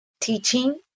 teaching